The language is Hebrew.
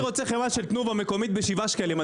אני רוצה חמאה של תנובה מקומית ב-7 שקלים,